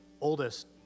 oldest